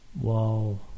Wow